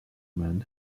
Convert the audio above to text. men